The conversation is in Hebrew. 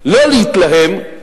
שלא להתלהם,